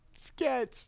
Sketch